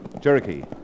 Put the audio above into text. Cherokee